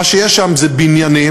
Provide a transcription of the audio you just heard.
מה שיש שם זה בניינים,